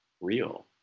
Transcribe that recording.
real